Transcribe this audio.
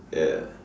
ya